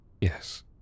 Yes